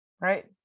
right